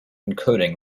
encoding